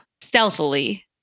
stealthily